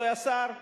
הוא היה שר מטעמנו,